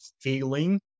feeling